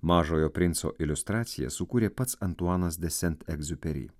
mažojo princo iliustraciją sukūrė pats antuanas de sent egziuperi